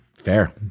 Fair